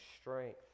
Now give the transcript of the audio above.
strength